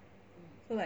so like